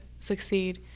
succeed